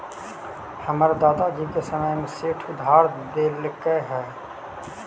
हमर दादा जी के समय में सेठ उधार देलकइ हल